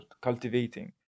cultivating